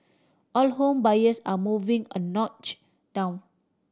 all home buyers are moving a notch down